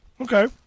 Okay